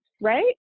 right